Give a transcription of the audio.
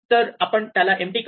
तर आपण त्याला एम्पटी करू